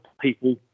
people